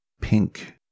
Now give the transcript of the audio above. Pink